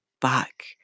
back